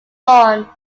lawn